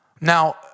Now